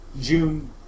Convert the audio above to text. June